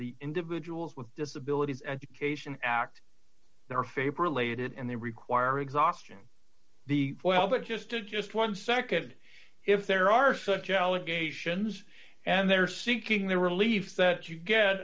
the individuals with disabilities education act their favorite lated and they require exhausting the oil but just a just one second if there are such allegations and they're seeking the relief that you get